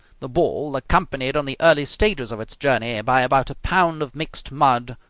the ball, accompanied on the early stages of its journey by about a pound of mixed mud,